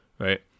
Right